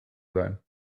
sein